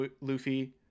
Luffy